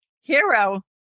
hero